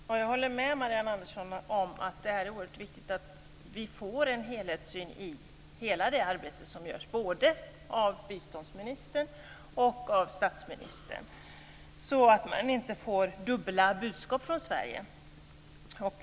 Fru talman! Jag håller med Marianne Andersson om att det är oerhört viktigt att vi får en helhetssyn i hela det arbete som görs, både av biståndsministern och av statsministern, så att inte Sverige ger dubbla budskap.